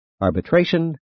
Arbitration